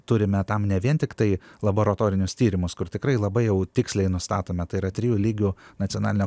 turime tam ne vien tiktai laboratorinius tyrimus kur tikrai labai jau tiksliai nustatome tai yra trijų lygių nacionalinio